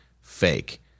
fake